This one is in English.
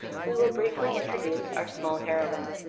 we will briefly introduce our small heroine.